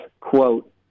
quote